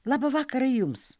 labą vakarą jums